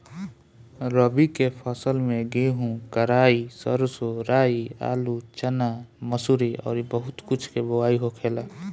रबी के फसल में गेंहू, कराई, सरसों, राई, आलू, चना, मसूरी अउरी बहुत कुछ के बोआई होखेला